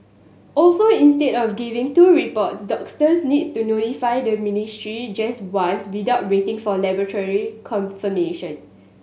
also instead of giving two reports doctors need to notify the ministry just once without waiting for laboratory confirmation